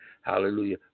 hallelujah